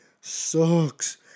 sucks